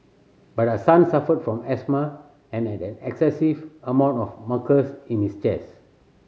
but her son suffered from asthma and had an excessive amount of mucus in his chest